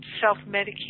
self-medicate